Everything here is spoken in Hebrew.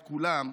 את כולם,